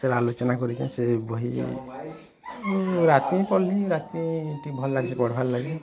ସେ ଆଲୋଚନା କରିଛେଁ ସେ ବହି ରାତି ପଢ଼ିଲେଁ ରାତି ଟିକେ ଭଲ୍ ଲାଗସି ପଢ଼ବାର୍ ଲାଗି